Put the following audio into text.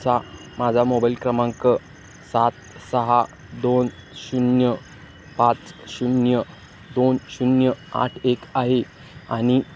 चा माझा मोबाईल क्रमांक सात सहा दोन शून्य पाच शून्य दोन शून्य आठ एक आहे आणि